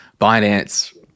Binance